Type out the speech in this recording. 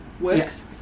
works